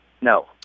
No